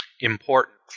important